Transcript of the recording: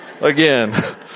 again